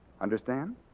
Understand